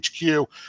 HQ